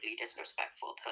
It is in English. disrespectful